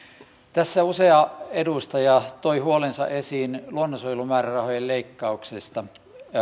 tässä usea edustaja toi huolensa esiin luonnonsuojelumäärärahojen leikkauksista erityisesti